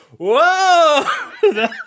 whoa